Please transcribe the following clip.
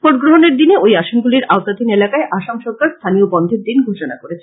ভোটগ্রহণের দিনে ঐ আসনগুলির আওতাধীন এলাকায় আসাম সরকার স্থানীয় বন্ধের দিন ঘোষণা করেছে